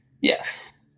Yes